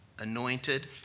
anointed